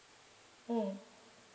mm